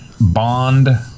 Bond